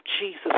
Jesus